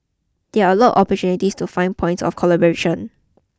there are a lot of opportunities to find points of collaboration